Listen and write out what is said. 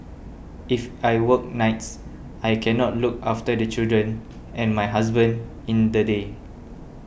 if I work nights I cannot look after the children and my husband in the day